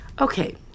okay